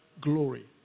glory